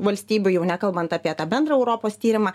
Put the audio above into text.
valstybių jau nekalbant apie tą bendrą europos tyrimą